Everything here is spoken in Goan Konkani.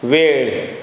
वेळ